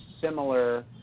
similar